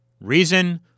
reason